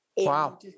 Wow